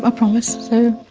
ah promise, so